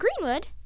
Greenwood